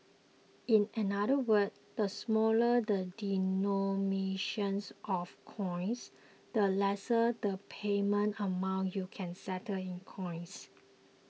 in another words the smaller the denominations of coins the lesser the payment amount you can settle in coins